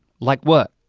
like what?